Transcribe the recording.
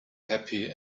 happy